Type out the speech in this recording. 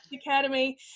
Academy